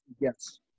yes